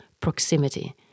proximity